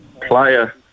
player